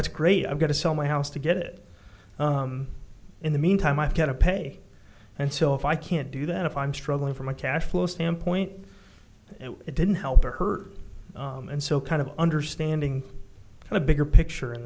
it's great i'm going to sell my house to get it in the meantime i've got to pay and so if i can't do that if i'm struggling for my cash flow standpoint it didn't help or hurt and so kind of understanding the bigger picture in